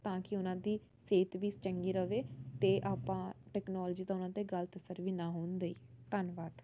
ਤਾਂ ਕਿ ਉਹਨਾਂ ਦੀ ਸਿਹਤ ਵੀ ਚੰਗੀ ਰਹੇ ਅਤੇ ਆਪਾਂ ਟੈਕਨੋਲੋਜੀ ਦਾ ਉਹਨਾਂ 'ਤੇ ਗਲਤ ਅਸਰ ਵੀ ਨਾ ਹੋਣ ਦੇਈਏ ਧੰਨਵਾਦ